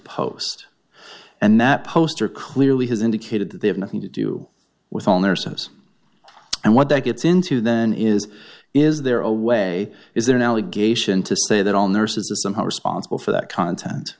post and that poster clearly has indicated that they have nothing to do with on ourselves and what that gets into then is is there a way is there an allegation to say that all nurses a somehow responsible for that content